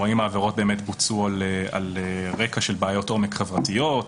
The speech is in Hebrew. האם העבירות באמת בוצעו על רקע של בעיות עומק חברתיות,